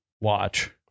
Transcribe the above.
watch